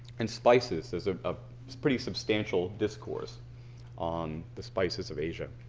and spices, a ah pretty substantial discourse on the spices of asia.